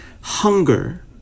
hunger